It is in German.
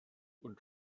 und